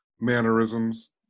mannerisms